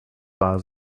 war